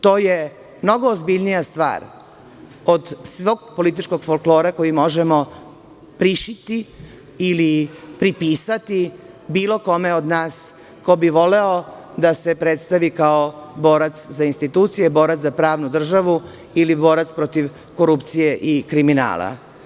To je mnogo ozbiljnija stvar od svog političkog folklora koji možemo prišiti ili pripisati bilo kome od nas ko bi voleo da se predstavi kao borac za institucije, borac za pravnu državu ili borac protiv korupcije i kriminala.